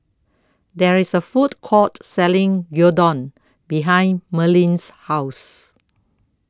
There IS A Food Court Selling Gyudon behind Merlene's House